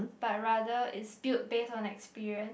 but rather is built based on experience